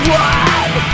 one